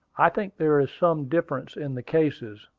i think there is some difference in the cases.